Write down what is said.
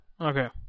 Okay